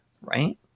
right